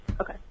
Okay